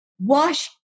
Wash